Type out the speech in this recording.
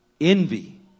Envy